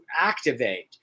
activate